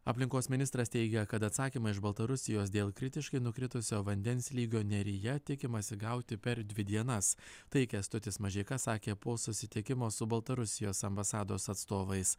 aplinkos ministras teigia kad atsakymą iš baltarusijos dėl kritiškai nukritusio vandens lygio neryje tikimasi gauti per dvi dienas tai kęstutis mažeika sakė po susitikimo su baltarusijos ambasados atstovais